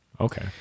Okay